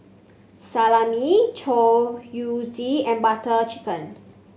Salami Chorizo and Butter Chicken